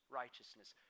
righteousness